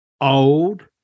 Old